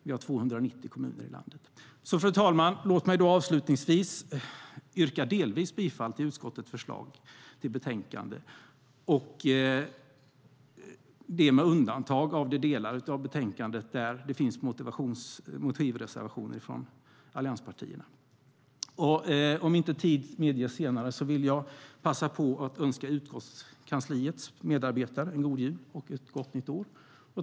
Vi har 290 kommuner i landet. Om inte tid medges senare vill jag passa på att önska utskottskansliets medarbetare en god jul och ett gott nytt år.